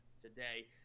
today